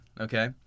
Okay